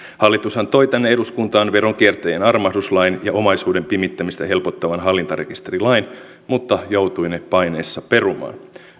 hallitushan toi tänne eduskuntaan veronkiertäjien armahduslain ja omaisuuden pimittämistä helpottavan hallintarekisterilain mutta joutui ne paineissa perumaan